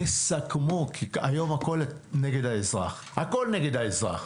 תסכמו כי היום הכול נגד האזרח, הכול נגד האזרח.